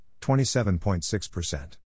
27.6%